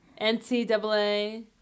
NCAA